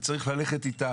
וצריך ללכת איתה